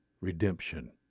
redemption